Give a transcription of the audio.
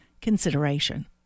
consideration